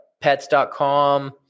pets.com